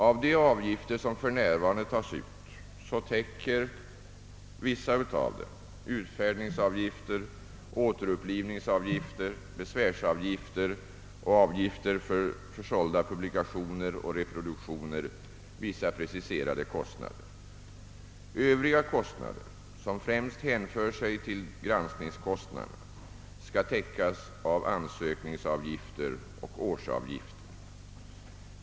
Av de avgifter som för närvarande tas ut täcker en del — utfärdningsavgifter, återupplivningsavgifter, besvärsavgifter och avgifter för försålda publikationer och reproduktioner — vissa preciserade kostnader. Övriga kostnader, som främst hänför sig till granskningskostnaderna, skall täckas av ansökningsavgifter och årsavgifter.